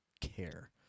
care